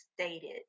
stated